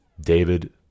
David